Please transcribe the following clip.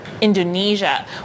Indonesia